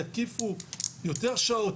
יקיפו יותר שעות,